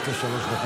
יש לה שלוש דקות.